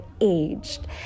aged